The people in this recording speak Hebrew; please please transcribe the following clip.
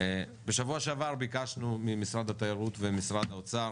בשבוע שעבר ביקשנו ממשרד התיירות וממשרד האוצר